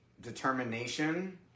determination